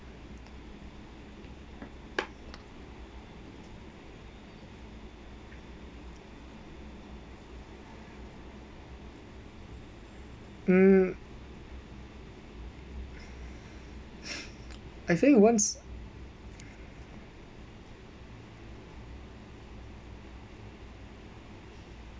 mm I think once